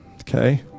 Okay